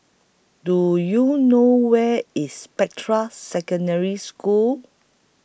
Do YOU know Where IS Spectra Secondary School